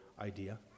idea